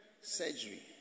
Surgery